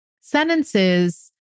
sentences